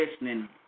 listening